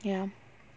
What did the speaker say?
ya